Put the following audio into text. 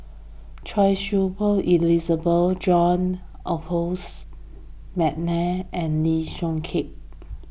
Choy Su Moi Elizabeth John Adolphus McNair and Lee Yong Kiat